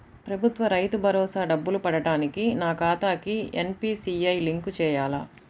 ప్రభుత్వ రైతు భరోసా డబ్బులు పడటానికి నా ఖాతాకి ఎన్.పీ.సి.ఐ లింక్ చేయాలా?